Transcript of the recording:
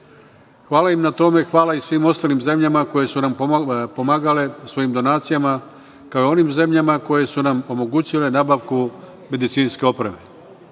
Hvala vam na tome, hvala i svim ostalim zemljama koje su nam pomagale svojim donacijama, kao i onim zemljama koje su nam omogućile nabavku medicinske opreme.